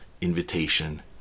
invitation